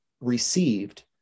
received